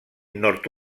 nord